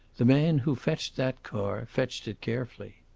the man who fetched that car fetched it carefully.